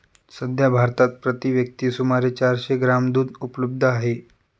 सध्या भारतात प्रति व्यक्ती सुमारे चारशे ग्रॅम दूध उपलब्ध आहे